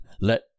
LET